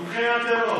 תומכי הטרור.